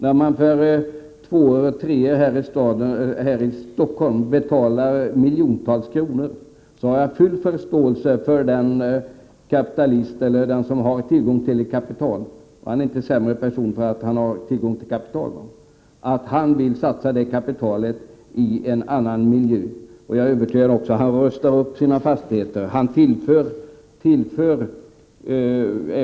När man för 2:or och 3:or här i Stockholm betalar miljontals kronor, har jag full förståelse för att den person som har tillgång till kapital — han är inte en sämre person för att han har tillgång till kapital — vill satsa detta kapital i en annan miljö. Han tillför lantbruket pengar. Jag är övertygad om att han rustar upp sina fastigheter och att han vill bo där.